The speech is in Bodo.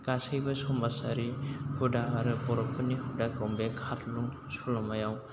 गासैबो समाजारि हुदा आरो बर'फोरनि हुदाखौ बे खारलुं सल'मायाव